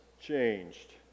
changed